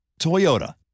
Toyota